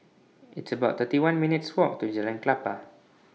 It's about thirty one minutes' Walk to Jalan Klapa